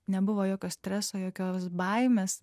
nebuvo jokio streso jokios baimės